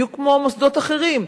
בדיוק כמו מוסדות אחרים.